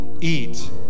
eat